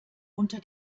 unter